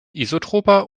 isotroper